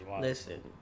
listen